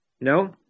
No